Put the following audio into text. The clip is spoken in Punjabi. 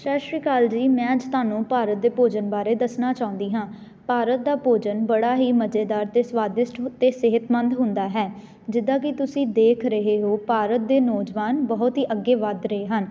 ਸਤਿ ਸ਼੍ਰੀ ਅਕਾਲ ਜੀ ਮੈਂ ਅੱਜ ਤੁਹਾਨੂੰ ਭਾਰਤ ਦੇ ਭੋਜਨ ਬਾਰੇ ਦੱਸਣਾ ਚਾਹੁੰਦੀ ਹਾਂ ਭਾਰਤ ਦਾ ਭੋਜਨ ਬੜਾ ਹੀ ਮਜ਼ੇਦਾਰ ਅਤੇ ਸਵਾਦਿਸ਼ਟ ਅਤੇ ਸਿਹਤਮੰਦ ਹੁੰਦਾ ਹੈ ਜਿੱਦਾਂ ਕਿ ਤੁਸੀਂ ਦੇਖ ਰਹੇ ਹੋ ਭਾਰਤ ਦੇ ਨੌਜਵਾਨ ਬਹੁਤ ਹੀ ਅੱਗੇ ਵੱਧ ਰਹੇ ਹਨ